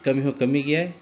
ᱠᱟᱹᱢᱤ ᱦᱚᱸ ᱠᱟᱹᱢᱤ ᱜᱮᱭᱟᱭ